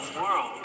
world